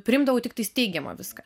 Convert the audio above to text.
priimdavau tiktai teigiamą viską